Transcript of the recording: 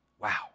Wow